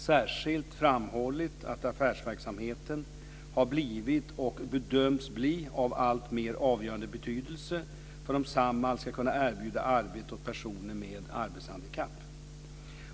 särskilt framhållit att affärsverksamheten har blivit och bedöms bli av alltmer avgörande betydelse för om Samhall ska kunna erbjuda arbete åt personer med arbetshandikapp.